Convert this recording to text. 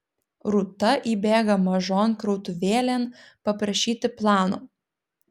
rūta įbėga mažon krautuvėlėn paprašyti plano